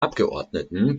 abgeordneten